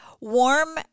warm